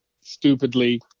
stupidly